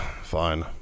Fine